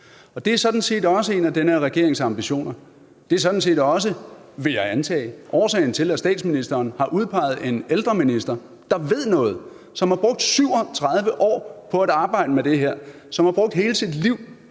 Det er sådan set også en af den her regerings ambitioner. Det er sådan set også, vil jeg antage, årsagen til, at statsministeren har udpeget en ældreminister, der ved noget, som har brugt 37 år på at arbejde med det her, som har brugt hele sit liv